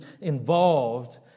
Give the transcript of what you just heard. involved